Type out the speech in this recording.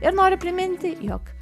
ir noriu priminti jog